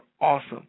awesome